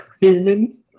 Human